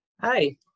Hi